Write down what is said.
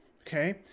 okay